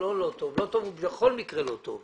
זה לא שהוא לא טוב, למרות שבכל מקרה הוא לא טוב.